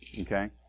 Okay